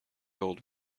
old